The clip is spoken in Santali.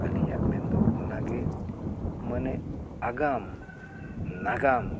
ᱟᱹᱞᱤᱧᱟᱜ ᱢᱮᱱᱫᱚ ᱚᱱᱟᱜᱮ ᱢᱟᱱᱮ ᱟᱜᱟᱢ ᱱᱟᱜᱟᱢ